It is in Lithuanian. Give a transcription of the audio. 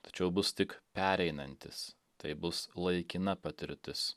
tačiau bus tik pereinantis tai bus laikina patirtis